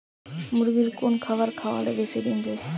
মুরগির কোন খাবার খাওয়ালে বেশি ডিম দেবে?